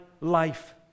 life